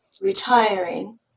retiring